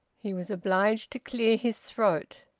he was obliged to clear his throat.